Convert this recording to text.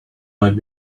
might